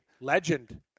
Legend